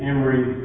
Emory